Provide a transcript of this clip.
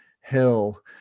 Hill